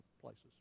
places